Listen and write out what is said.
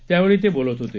त्यावेळी ते बोलत होते